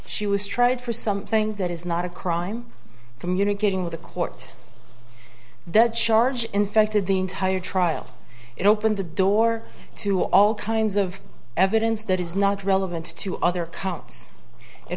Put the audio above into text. she was tried for something that is not a crime communicating with a court that charge infected the entire trial it opened the door to all kinds of evidence that is not relevant to other count